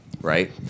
right